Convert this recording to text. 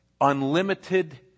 unlimited